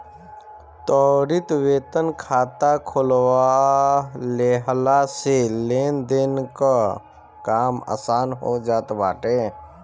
त्वरित वेतन खाता खोलवा लेहला से लेनदेन कअ काम आसान हो जात बाटे